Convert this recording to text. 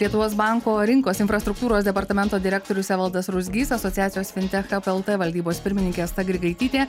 lietuvos banko rinkos infrastruktūros departamento direktorius evaldas ruzgys asociacijos fintech hab lt valdybos pirmininkė asta grigaitytė